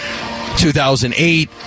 2008